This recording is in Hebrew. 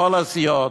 לכל הסיעות,